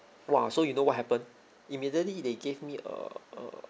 !wah! so you know what happened immediately they gave me a a